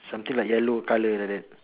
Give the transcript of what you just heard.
something like yellow colour like that